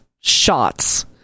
shots